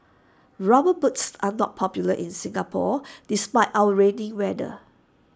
rubber boots are not popular in Singapore despite our rainy weather